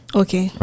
okay